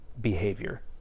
behavior